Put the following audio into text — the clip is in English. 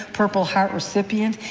purple heart recipient,